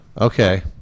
Okay